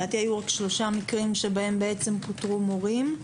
לדעתי היו שלושה מקרים שבהם פוטרו מורים.